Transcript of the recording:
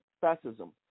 fascism